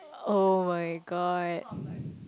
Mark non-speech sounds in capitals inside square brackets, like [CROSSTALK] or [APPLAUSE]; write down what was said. oh my god [BREATH]